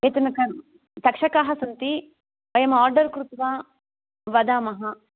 एतनकं तक्षकाः सन्ति वयम् आर्डर् कृत्वा वदामः